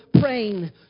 praying